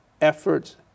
efforts